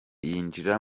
yinjira